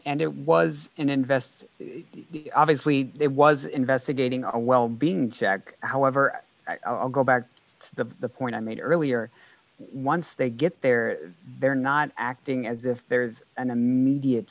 it was an invest obviously it was investigating a well being check however i'll go back to the point i made earlier once they get there they're not acting as if there's an immediate